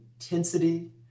intensity